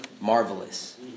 marvelous